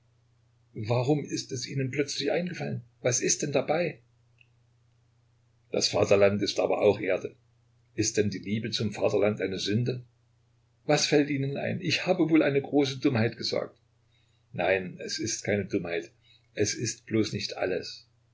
warum ist es ihnen plötzlich eingefallen was ist denn dabei das vaterland ist aber auch erde ist denn die liebe zum vaterland eine sünde was fällt ihnen ein ich habe wohl eine große dummheit gesagt nein es ist keine dummheit es ist bloß nicht alles